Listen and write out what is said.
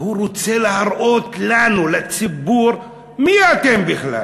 הוא רוצה להראות לנו, לציבור, מי אתם בכלל?